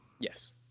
Yes